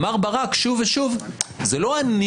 אמר ברק שוב ושוב: זה לא אני,